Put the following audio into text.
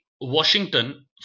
Washington